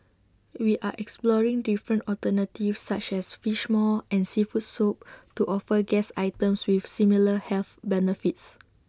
we are exploring different alternatives such as Fish Maw and Seafood Soup to offer guests items with similar health benefits